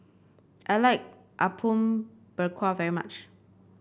I like Apom Berkuah very much